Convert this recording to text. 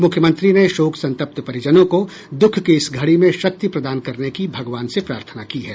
मूख्यमंत्री ने शोक संतप्त परिजनों को दुःख की इस घड़ी में शक्ति प्रदान करने की भगवान से प्रार्थना की है